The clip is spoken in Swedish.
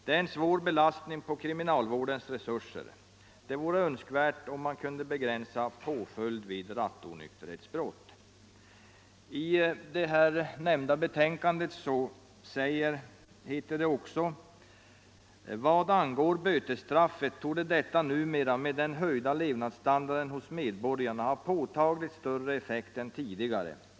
Det är en svår belastning på kriminalvårdens resurser, och det vore önskvärt om man kunde begränsa påföljd vid rattonykterhetsbrott. I det nämnda betänkandet heter det också: ”Vad angår bötesstraffet torde detta numera med den höjda levnadsstandarden hos medborgarna ha påtagligt större effekt än tidigare.